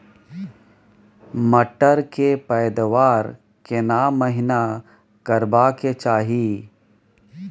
मटर के पैदावार केना महिना करबा के चाही?